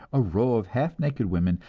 a row of half naked women,